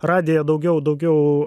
radiją daugiau daugiau